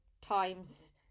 times